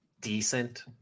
decent